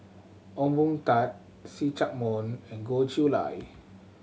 Ong Boon Tat See Chak Mun and Goh Chiew Lye